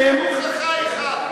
תביא הוכחה אחת.